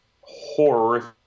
horrific